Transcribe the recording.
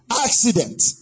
accident